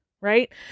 right